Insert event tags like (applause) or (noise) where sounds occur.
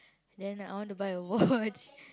then I want to buy a watch (laughs)